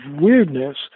weirdness